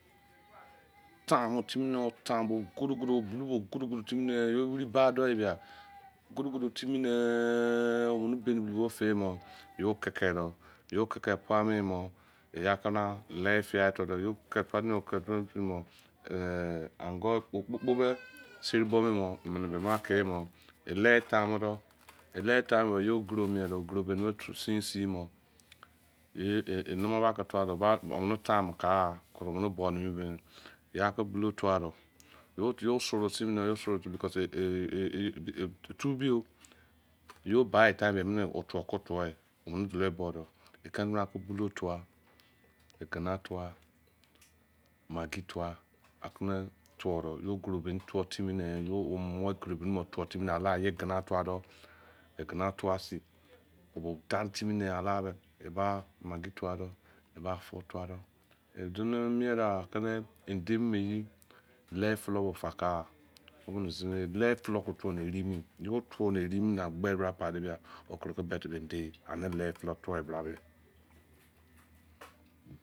Tamu timi nu tamu ko da kodo timi ne ye wiri ba da emi kodo ok odo timi ne eh une bami bo famuye yoleke do yo keke pain-mo ya kana le fiai tuwu ye ke mu kpe ongu okpukpu seri bo mi mo emene muma kemn le ta mu do yo gro mien do thwod sin si mo ye nama ba ke tuwa de omene timo ca, ya bolou tuwa bo yo soro sin, yo bai time mene otuwu ke tuwuye ye omene gbli bo do, kene bra polo tuwa, egima tuwa, mappi tuwa ake ne, tuwu do me yo goro bani timi ne gro baini tuwu timine alaye egina tuwa do egina tuwa sin o bo dire timi alame e ba mappi tuwa de, eba fou tuwade ezine mien da ke ne indi mili le flo bo ba far ka, le flo ke tuwu ne eri mi egbe bra pade ane le flo tuwu me.